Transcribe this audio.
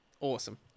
Awesome